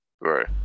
Right